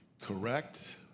correct